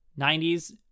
90s